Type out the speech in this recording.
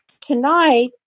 tonight